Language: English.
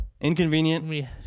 Inconvenient